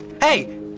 Hey